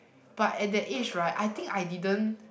but at the edge right I think I didn't